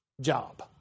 job